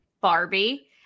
Barbie